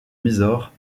mysore